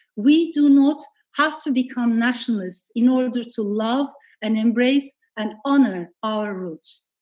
we do not have to become nationalists in order to love and embrace and honor our roots.